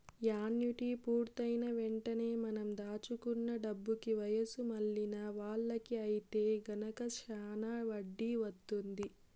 annuity పూర్తయిన వెంటనే మనం దాచుకున్న డబ్బుకి వయసు మళ్ళిన వాళ్ళకి ఐతే గనక శానా వడ్డీ వత్తుంది